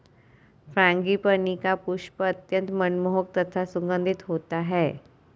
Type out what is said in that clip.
frangipani का पुष्प अत्यंत मनमोहक तथा सुगंधित होता है